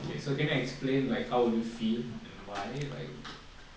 okay so can you explain like how you feel and why like